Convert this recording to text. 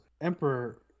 Emperor